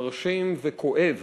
מרשים וכואב